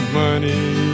money